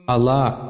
Allah